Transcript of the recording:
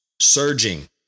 surging